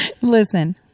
listen